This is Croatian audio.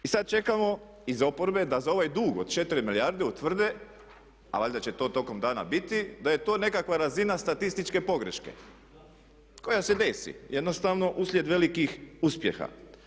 I sad čekamo iz oporbe da za ovaj dug od 4 milijarde utvrde, a valjda će to tokom dana biti, da je to nekakva razina statističke pogreške koja se desi jednostavno uslijed velikih uspjeha.